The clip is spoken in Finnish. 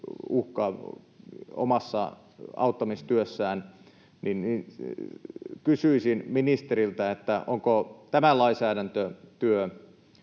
uhkaa omassa auttamistyössään. Kysyisin ministeriltä, onko tämä lainsäädäntötyö